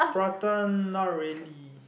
prata not really